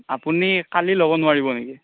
আপুনি কালি ল'ব নোৱাৰিব নেকি